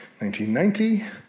1990